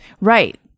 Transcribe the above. Right